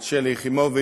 את שלי יחימוביץ,